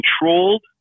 controlled